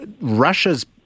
Russia's